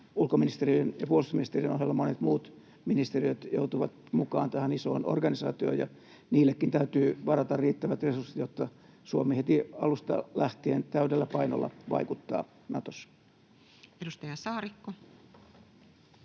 Ulkoministeriön ja puolustusministeriön ohella monet muut ministeriöt joutuvat mukaan tähän isoon organisaatioon, ja niillekin täytyy varata riittävät resurssit, jotta Suomi heti alusta lähtien täydellä painolla vaikuttaa Natossa.